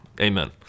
Amen